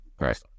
right